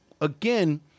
again